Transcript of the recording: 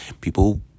people